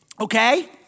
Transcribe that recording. Okay